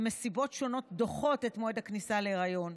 שמסיבות שונות דוחות את מועד הכניסה להיריון,